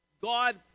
God